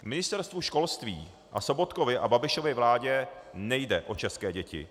Ministerstvu školství a Sobotkově a Babišově vládě nejde o české děti.